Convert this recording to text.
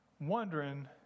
wondering